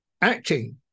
acting